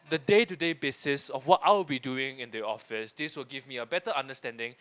the day to day basis of what I would be doing in the office this will give me a better understanding